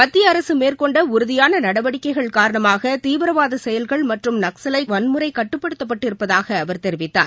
மத்திய அரசு மேற்கொண்ட உறுதியான நடவடிக்கைகள் காரணமாக தீவிரவாத செயல்கள் மற்றும் நக்ஸவைட் வன்முறை கட்டுப்படுத்தப்பட்டிருப்பதாக அவர் தெரிவித்தார்